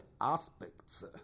aspects